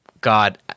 God